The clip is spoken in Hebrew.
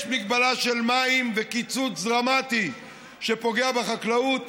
יש הגבלה של מים וקיצוץ דרמטי שפוגע בחקלאות,